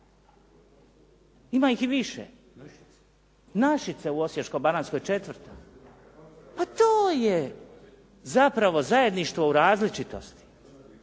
Ima ih i više. Našice u Osječko-baranjskoj četvrta. Pa to je zapravo zajedništvo u različitosti,